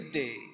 day